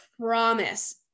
promise